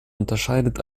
unterscheidet